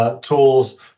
tools